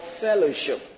fellowship